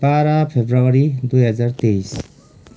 बाह्र फेब्रुअरी दुई हजार तेइस